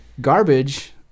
garbage